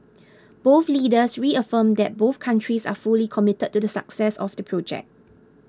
both leaders reaffirmed that both countries are fully committed to the success of the project